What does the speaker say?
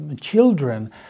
children